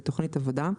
בתכנית עבודה,